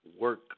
work